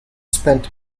spent